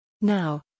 Now